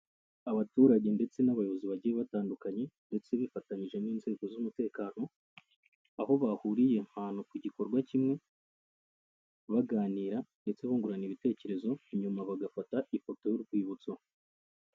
Abaturage ndetse n'abayobozi bagiye batandukanye, ndetse bifatanyije n'inzego z'umutekano, aho bahuriye ahantu ku gikorwa kimwe, baganira ndetse bungurana ibitekerezo, nyuma bagafata ifoto y'urwibutso.